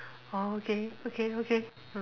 oh okay okay okay